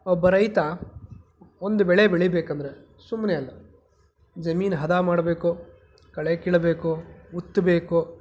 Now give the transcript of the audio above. ಒಬ್ಬ ರೈತ ಒಂದು ಬೆಳೆ ಬೆಳೀಬೇಕೆಂದರೆ ಸುಮ್ಮನೆ ಅಲ್ಲ ಜಮೀನು ಹದ ಮಾಡಬೇಕು ಕಳೆ ಕೀಳಬೇಕು ಉತ್ತಬೇಕು